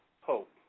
hope